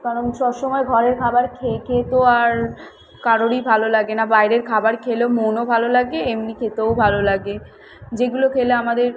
কারণ সব সময় ঘরের খাবার খেয়ে খেয়ে তো আর কারোরই ভালো লাগে না বাইরের খাবার খেলেও মনও ভালো লাগে এমনি খেতেও ভালো লাগে যেগুলো খেলে আমাদের